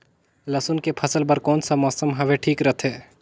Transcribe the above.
लसुन के फसल बार कोन सा मौसम हवे ठीक रथे?